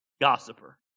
gossiper